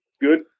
good